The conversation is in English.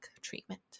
treatment